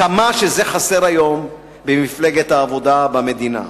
כמה שזה חסר היום במפלגת העבודה ובמדינה.